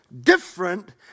different